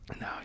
No